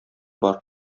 бар